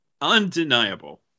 undeniable